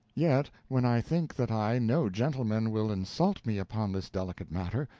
yet, when i think that i know gentlemen will insult me upon this delicate matter,